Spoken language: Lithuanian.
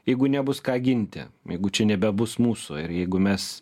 jeigu nebus ką ginti jeigu čia nebebus mūsų ir jeigu mes